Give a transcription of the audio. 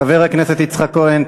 חבר הכנסת יצחק כהן,